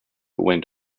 went